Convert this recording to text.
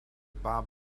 bob